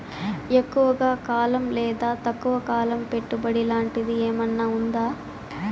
ఎక్కువగా కాలం లేదా తక్కువ కాలం పెట్టుబడి లాంటిది ఏమన్నా ఉందా